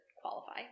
qualify